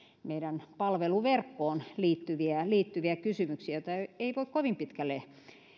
meidän palveluverkkoon liittyviä liittyviä kysymyksiä joita ei voi kovin pitkälle